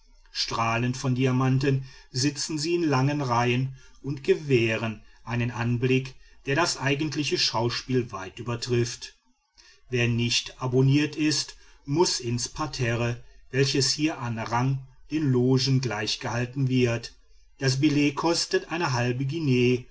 strahlend von diamanten sitzen sie in langen reihen und gewähren einen anblick der das eigentliche schauspiel weit übertrifft wer nicht abonniert ist muß ins parterre welches hier an rang den logen gleichgehalten wird das billett kostet eine halbe guinee